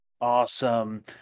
Awesome